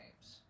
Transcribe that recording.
Games